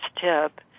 tip